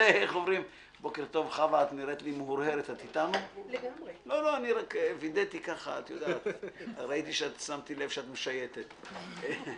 מה שאני מנסה לומר,